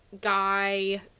guy